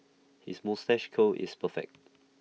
his moustache curl is perfect